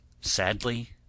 sadly